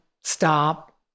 stop